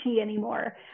anymore